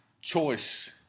choice